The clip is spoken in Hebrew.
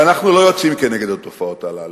ואנחנו לא יוצאים נגד התופעות הללו.